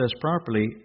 properly